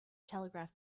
telegraph